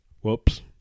whoops